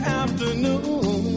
afternoon